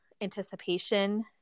anticipation